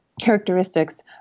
Characteristics